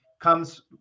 comes